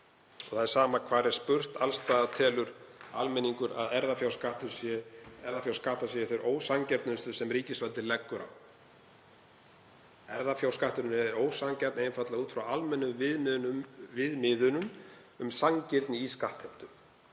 það er sama hvar er spurt; alls staðar telur almenningur að erfðafjárskattar séu þeir ósanngjörnustu sem ríkisvaldið leggur á. Erfðafjárskattur er ósanngjarn, einfaldlega út frá almennum viðmiðum um sanngirni í skattheimtu.